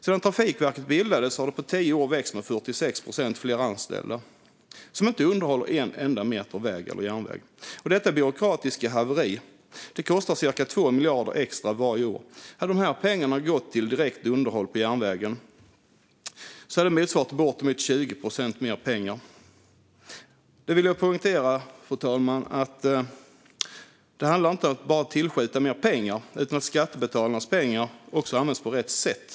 Sedan Trafikverket bildades har det på tio år växt med 46 procent fler anställda, som inte underhåller en enda meter väg eller järnväg. Detta byråkratiska haveri kostar cirka 2 miljarder extra varje år. Hade de pengarna gått direkt till underhåll på järnvägen hade det motsvarat bortemot 20 procent mer pengar. Fru talman! Jag vill poängtera att det inte bara handlar om att tillskjuta mer pengar, utan det handlar också om att skattebetalarnas pengar används på rätt sätt.